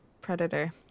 Predator